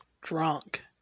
drunk